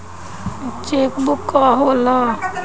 Check book का होला?